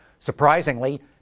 Surprisingly